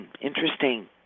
interesting